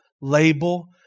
label